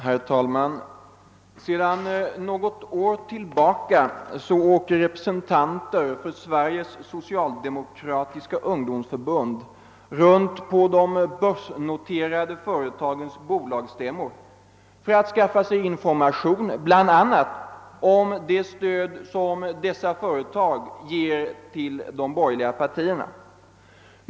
Herr talman! Sedan något år tillbaka åker representanter för Sveriges socialdemokratiska ungdomsförbund runt på de börsnoterade företagens bolagsstämmor för att skaffa sig information bl.a. om det stöd som dessa företag ger till de borgerliga partierna.